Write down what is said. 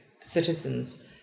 citizens